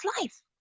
life